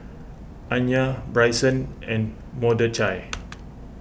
Anya Bryson and Mordechai